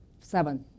Seven